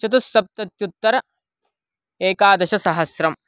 चतुस्सप्तत्युत्तर एकादशसहस्रम्